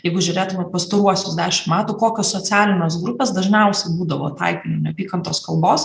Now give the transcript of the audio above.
jeigu žiūrėtume pastaruosius dešim metų kokias socialinės grupės dažniausiai būdavo tai neapykantos kalbos